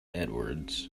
edwards